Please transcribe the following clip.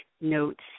notes